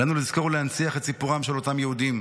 עלינו לזכור ולהנציח את סיפורם של אותם יהודים,